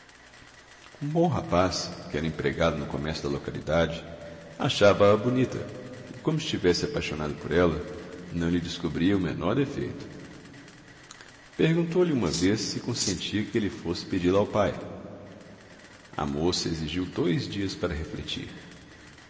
um bom rapaz que era empregado no comércio da localidade achava-a bonita e como estivesse apaixonado por ela não lhe descobria o menor defeito perguntou-lhe uma vez se consentia que ele fosse pedi-la ao pai a moça exigiu dois dias para refletir